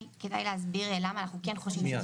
כדאי להסביר למה אנחנו כן חושבים שזה